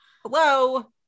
hello